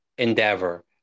endeavor